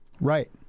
Right